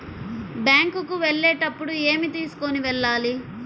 Bank కు వెళ్ళేటప్పుడు ఏమి తీసుకొని వెళ్ళాలి?